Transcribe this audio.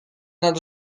nad